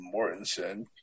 Mortensen